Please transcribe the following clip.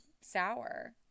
sour